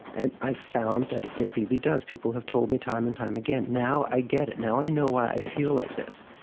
and i've found that it really does. people have told me time and time again, now i get it, now i know why i feel like this,